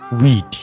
weed